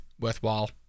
worthwhile